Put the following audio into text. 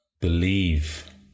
believe